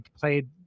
played